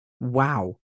Wow